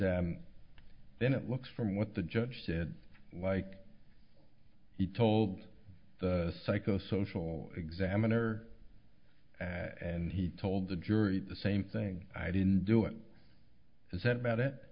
then it looks from what the judge said like he told the psychosocial examiner and he told the jury the same thing i didn't do it as that about it